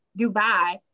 Dubai